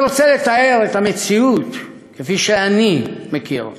אני רוצה לתאר את המציאות כפי שאני מכיר אותה.